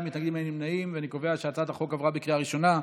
התשפ"א 2021,